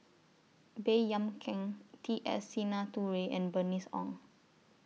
Baey Yam Keng T S Sinnathuray and Bernice Ong